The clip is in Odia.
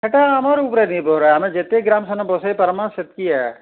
ସେଟା ଆମର ଆମେ ଯେତେ ଗ୍ରାମ ବସେଇ ପାରିବା ସେତିକି ହେ